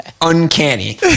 Uncanny